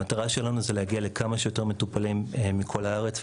המטרה שלנו היא להגיע לכמה שיותר מטופלים ברחבי הארץ,